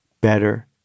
better